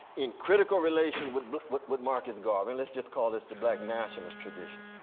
in critical relation with with but marcus garvey. let's just call this the black nationalist tradition.